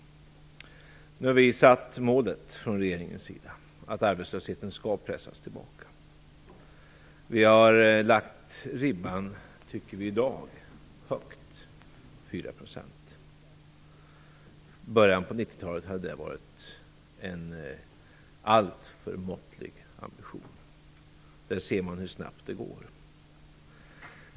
Nu har vi från regeringens sida satt upp målet att arbetslösheten skall pressas tillbaka. Vi har, tycker vi i dag, lagt ribban högt; 4 %. I början av 90-talet hade det varit en alltför måttlig ambition. Där ser man hur snabbt det går.